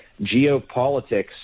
geopolitics